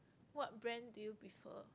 what brand do you prefer